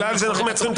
אנחנו מקבלים פניות.